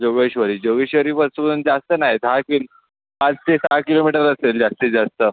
जोगेश्वरी जोगेश्वरीपासून जास्त नाही दहा किल पाच ते सहा किलोमीटर असेल जास्तीत जास्त